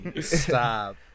Stop